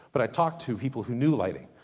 but i talked to people who knew lighting.